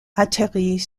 atterrit